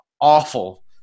awful